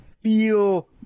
feel